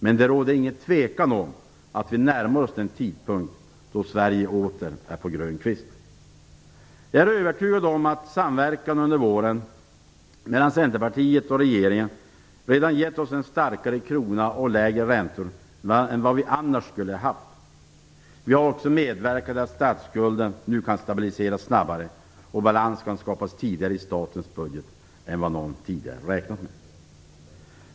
Men det råder ingen tvekan om att vi närmar oss den tidpunkt då Sverige åter är på grön kvist. Jag är övertygad om att samverkan under våren mellan Centerpartiet och regeringen redan gett oss en starkare krona och lägre räntor än vad vi annars skulle ha haft. Vi har också medverkat till att statsskulden nu kan stabiliseras snabbare och balans kan skapas i statens budget tidigare än vad någon har räknat med.